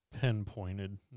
pinpointed